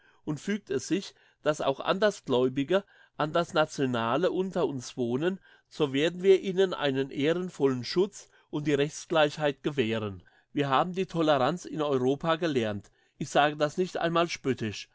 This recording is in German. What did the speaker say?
und fügt es sich dass auch andersgläubige andersnationale unter uns wohnen so werden wir ihnen einen ehrenvollen schutz und die rechtsgleichheit gewähren wir haben die toleranz in europa gelernt ich sage das nicht einmal spöttisch